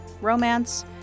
romance